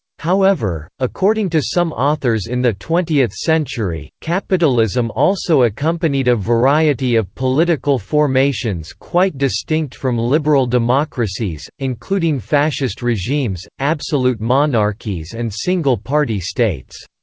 however, according to some authors in the twentieth century, capitalism also accompanied a variety of political formations quite distinct from liberal democracies, including fascist regimes, absolute monarchies and single-party states.